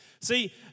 See